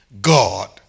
God